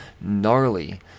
gnarly